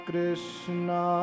Krishna